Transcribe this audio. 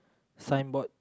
signboard